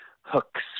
hooks